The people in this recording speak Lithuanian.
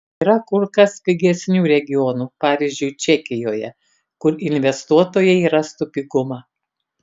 yra kur kas pigesnių regionų pavyzdžiui čekijoje kur investuotojai rastų pigumą